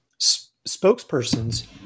spokespersons